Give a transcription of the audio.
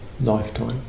lifetime